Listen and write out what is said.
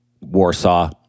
Warsaw